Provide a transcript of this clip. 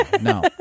No